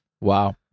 Wow